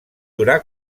durar